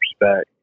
respect